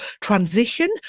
transition